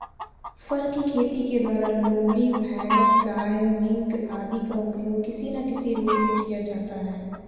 फर की खेती के द्वारा लोमड़ी, भैंस, गाय, मिंक आदि का उपयोग किसी ना किसी रूप में किया जाता है